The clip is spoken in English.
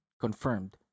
confirmed